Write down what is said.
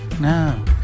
no